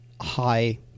high